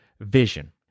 vision